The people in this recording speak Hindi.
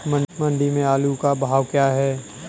मंडी में आलू का भाव क्या है?